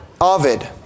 Ovid